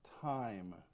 time